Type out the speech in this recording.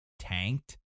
tanked